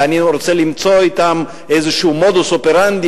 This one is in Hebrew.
ואני רוצה למצוא אתם איזשהו מודוס-אופרנדי